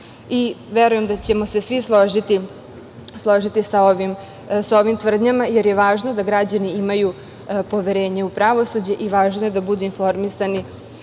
sistema“.Verujem da ćemo se svi složiti sa ovim tvrdnjama, jer je važno da građani imaju poverenje u pravosuđe i važno je da budu informisani